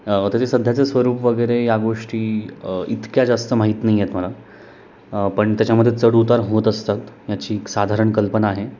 त्याचे सध्याच्या स्वरूप वगैरे या गोष्टी इतक्या जास्त माहीत नाही आहेत मला पण त्याच्यामध्ये चढउतार होत असतात याची एक साधारण कल्पना आहे